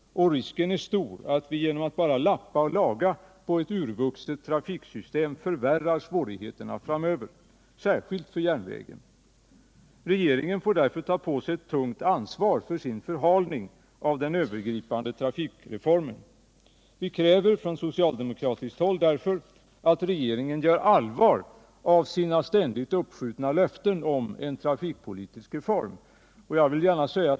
Risken är stor att vi genom att bara lappa och laga ett urvuxet trafiksystem förvärrar svårigheterna framöver, särskilt för järnvägen. Regeringen får därför ta på sig ett tungt ansvar för sin förhalning av den övergripande trafikreformen. Vi kräver från socialdemokratiskt håll att regeringen gör allvar av sina ständigt uppskjutna löften om en trafikpolitisk reform.